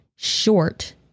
Short